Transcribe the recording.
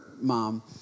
mom